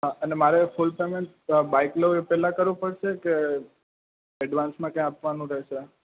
હા અને મારે ફૂલ પેમેન્ટ બાઇક લઉં એ પહેલા કરવું પડશે કે એડવાંન્સમાં કઈ આપવાનું રહેશે